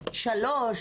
שלוש,